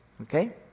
okay